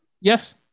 Yes